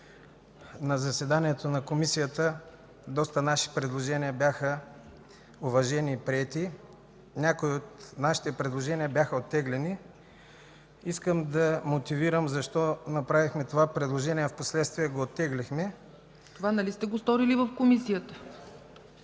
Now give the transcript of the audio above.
На заседанието на Комисията доста наши предложения бяха уважени и приети. Някои от нашите предложения бяха оттеглени. Искам да мотивирам защо направихме това предложение, а впоследствие го оттеглихме. ПРЕДСЕДАТЕЛ ЦЕЦКА ЦАЧЕВА: Това нали сте го сторили в Комисията?